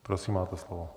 Prosím, máte slovo.